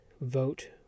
vote